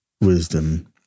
wisdom